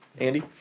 Andy